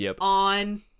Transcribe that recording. on